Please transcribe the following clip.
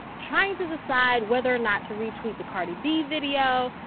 trying to decide whether or not to retweet the cardi b video.